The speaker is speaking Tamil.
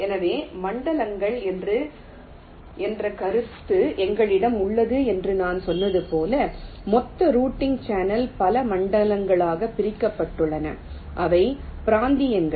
எனவே மண்டலங்கள் என்ற கருத்து எங்களிடம் உள்ளது என்று நான் சொன்னது போல் மொத்த ரூட்டிங் சேனல் பல மண்டலங்களாக பிரிக்கப்பட்டுள்ளது அவை பிராந்தியங்கள்